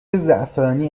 زعفرانی